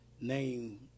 name